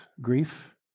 grief